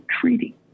treaty